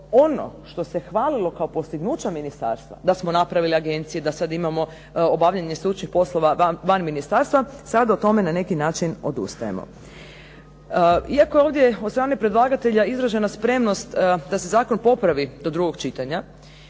ono što se hvalilo kao postignuće ministarstva, da smo napravili agencije, da sada imamo obavljanje stručnih poslova van ministarstva, sada o tome na neki način odustajemo. Iako je ovdje od strane predlagatelja izražena spremnost da se zakon popravi do drugog čitanja,